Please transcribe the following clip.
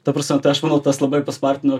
ta prasme tai aš manau tas labai paspartino